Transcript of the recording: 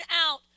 out